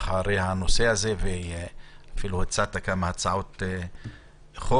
אחרי הנושא הזה ואפילו הצעת כמה הצעות חוק,